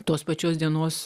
tos pačios dienos